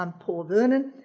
um poor vernon,